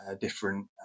different